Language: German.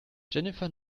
jennifer